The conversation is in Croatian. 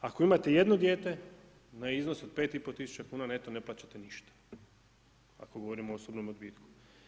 Ako imate jedno dijete na iznos od 5,5 tisuća kuna neto ne plaćate ništa ako govorimo o osobnom odbitku.